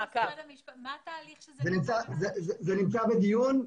הנושא נמצא בדיון.